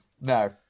No